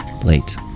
late